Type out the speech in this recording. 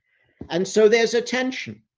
and so, there's a tension.